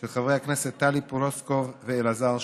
של חברי הכנסת טלי פלוסקוב ואלעזר שטרן,